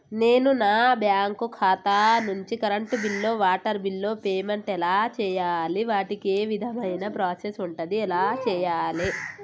నేను నా బ్యాంకు ఖాతా నుంచి కరెంట్ బిల్లో వాటర్ బిల్లో పేమెంట్ ఎలా చేయాలి? వాటికి ఏ విధమైన ప్రాసెస్ ఉంటది? ఎలా చేయాలే?